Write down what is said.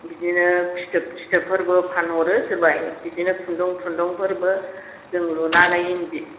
बिदिनो फिथोब थिथोब फोरबो फानहरो सोरबा बिदिनो खुन्दुं थुन्दुं फोरबो जों लुनानै इन्दि